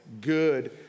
good